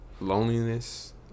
loneliness